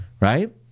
right